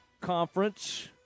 conference –